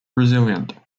resilient